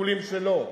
משיקולים שלו,